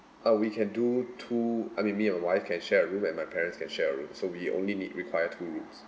uh we can do two I mean me and wife can share a room and my parents can share a room so we only need require two rooms